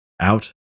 out